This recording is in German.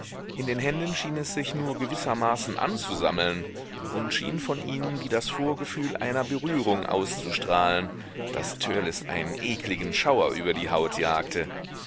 in den händen schien es sich nur gewissermaßen anzusammeln und schien von ihnen wie das vorgefühl einer berührung auszustrahlen das törleß einen ekligen schauer über die haut jagte